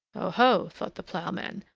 oho! thought the ploughman,